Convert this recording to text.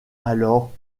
alors